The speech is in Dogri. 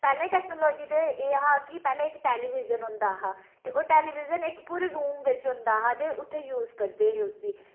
पैह्ले टेक्नोलाजी ते ऐ हा कि पैह्ले इक टेलीविजन होंदा हा ते ओह् टेलीविजन इक पूरे रूम बिच्च होंदा हा ते उत्थें यूज करदे हे उसी